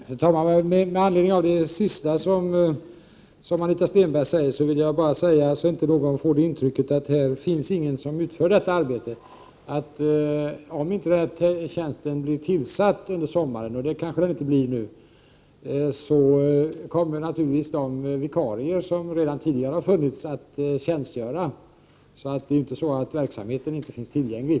Herr talman! Med anledning av det senaste som Anita Stenberg sade vill jag bara framhålla, för att inte någon skall få intrycket att ingen finns som utför detta arbete, att om inte tjänsten blir tillsatt under sommaren — och det kanske den inte blir — kommer naturligtvis de vikarier som redan tidigare har funnits att tjänstgöra. Det är alltså inte så att verksamheten inte finns tillgänglig.